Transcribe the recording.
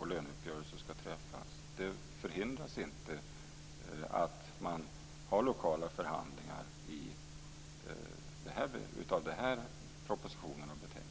löneuppgörelser ska träffas är en sak för parterna. Det förhindras inte att man har lokala förhandlingar. Detta framgår av propositionen och betänkandet.